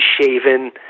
shaven